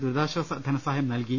ദുരിതാശ്വാസ ധനസഹായം നൽകി